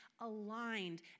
aligned